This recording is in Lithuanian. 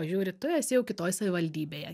žiūri tu esi jau kitoj savivaldybėje